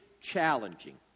challenging